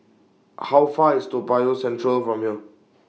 How Far IS Toa Payoh Central from here